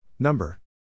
Number